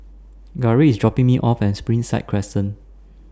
Garrick IS dropping Me off At Springside Crescent